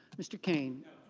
mr. king